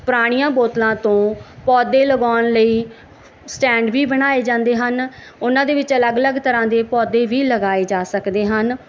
ਪੁਰਾਣੀਆਂ ਬੋਤਲਾਂ ਤੋਂ ਪੌਦੇ ਲਗਾਉਣ ਲਈ ਸਟੈਂਡ ਵੀ ਬਣਾਏ ਜਾਂਦੇ ਹਨ ਉਹਨਾਂ ਦੇ ਵਿੱਚ ਅਲੱਗ ਅਲੱਗ ਤਰ੍ਹਾਂ ਦੀਆਂ ਪੌਦੇ ਵੀ ਲਗਾਏ ਜਾ ਸਕਦੇ ਹਨ